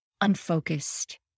unfocused